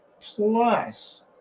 plus